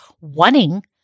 wanting